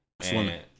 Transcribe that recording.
Swimming